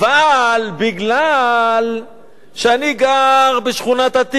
אבל מכיוון שאני גר בשכונת-התקווה